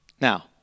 Now